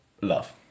Love